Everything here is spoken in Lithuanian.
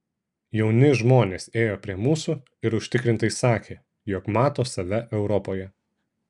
jauni žmonės ėjo prie mūsų ir užtikrintai sakė jog mato save europoje